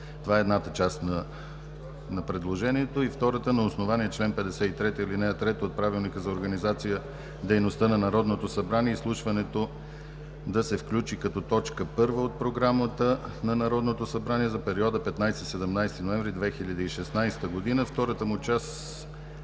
Това е едната част на предложението, и втората: 2. На основание чл. 53, ал. 3 от Правилника за организацията и дейността на Народното събрание изслушването да се включи като точка първа от Програмата на Народното събрание за периода 15 – 17 ноември 2017 г.“ Втората му част не